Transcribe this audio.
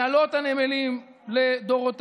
הנהלות הנמלים לדורותיהן,